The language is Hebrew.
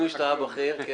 אבל